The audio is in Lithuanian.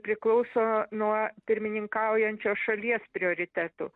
priklauso nuo pirmininkaujančios šalies prioritetų